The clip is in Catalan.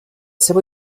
seva